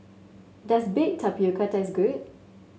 does Baked Tapioca taste good